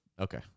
Okay